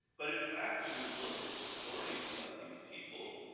but in fact when you look at the stories of these people,